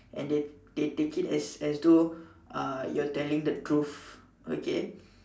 and they they they take as as though uh you are telling the truth okay